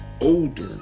older